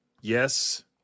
yes